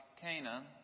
Cana